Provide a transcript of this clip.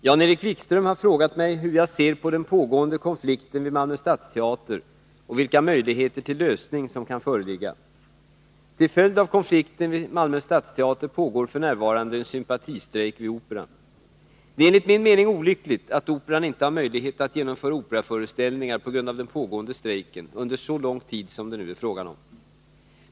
Herr talman! Jan-Erik Wikström har frågat mig hur jag ser på den pågående konflikten vid Malmö stadsteater och vilka möjligheter till lösning som kan föreligga. Till följd av konflikten vid Malmö stadsteater pågår f. n. en sympatistrejk vid Operan. Det är enligt min mening olyckligt att Operan inte haft möjlighet att genomföra operaföreställningar på grund av den pågående strejken under så lång tid som det nu är fråga om.